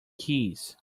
keys